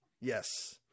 yes